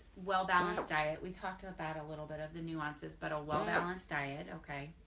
well balanced diet we talked about a little bit of the nuances, but a well-balanced diet okay.